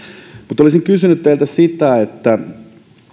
mutta olisin kysynyt teiltä sitä